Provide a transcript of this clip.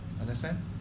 Understand